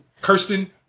Kirsten